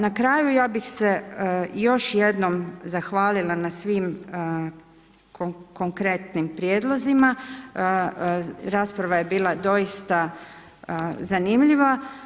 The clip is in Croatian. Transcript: Na kraju ja bih se još jednom zahvalila na svim konkretnim prijedlozima, rasprava je bila doista zanimljiva.